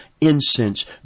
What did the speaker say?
incense